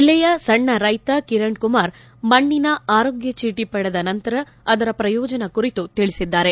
ಜಿಲ್ಲೆಯ ಸಣ್ಣ ರೈತ ಕಿರಣ್ಕುಮಾರ್ ಮಣ್ಣಿನ ಆರೋಗ್ಗಚೀಟಿ ಪಡೆದ ನಂತರ ಅದರ ಪ್ರಯೋಜನ ಕುರಿತು ತಿಳಿಸಿದ್ದಾರೆ